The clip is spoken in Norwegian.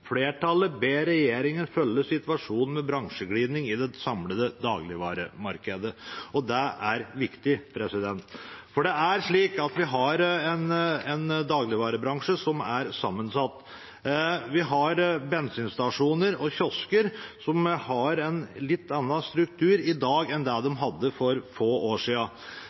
Flertallet ber regjeringen følge situasjonen med bransjeglidning i det samlede dagligvaremarkedet.» Dette er viktig, for vi har en dagligvarebransje som er sammensatt. Vi har bensinstasjoner og kiosker som har en litt annen struktur i dag enn de hadde for få år